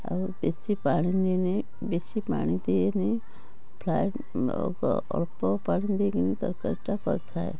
ଆଉ ବେଶି ପାଣି ଦିଏ ନାହିଁ ବେଶି ପାଣି ଦିଏ ନାହିଁ ଅଳ୍ପ ପାଣି ଦେଇକରି ତରକାରୀଟା କରିଥାଏ